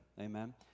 Amen